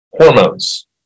hormones